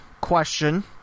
question